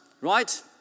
right